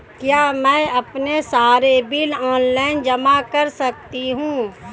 क्या मैं अपने सारे बिल ऑनलाइन जमा कर सकती हूँ?